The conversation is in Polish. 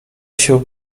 się